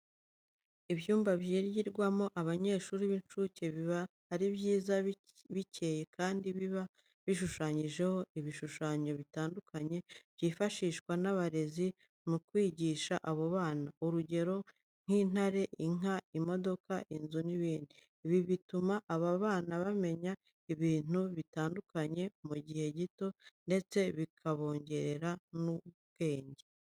Ibyumba byigirwamo n'abanyeshuri b'incuke biba ari byiza, bikeye kandi biba bishushanyijeho ibishushanyo bitandukanye byifashishwa n'abarezi mu kwigisha abo bana, urugero ni nk'intare, inka, imodoka, inzu n'ibindi. Ibi bituma aba bana bamenya ibintu bitandukanye mu gihe gito ndetse bikabongerera n'ubwenge.